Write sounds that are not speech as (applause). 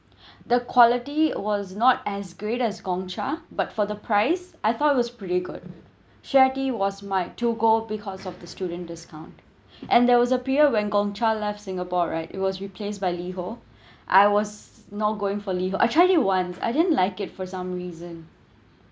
(breath) the quality was not as good as Gongcha but for the price I thought it was pretty good share tea was my to go because of the student discount (breath) and they was appear when Gongcha left singapore right it was replaced by Liho (breath) I was no going for Liho I tried it once I didn't like it for some reason